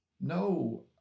no